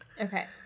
Okay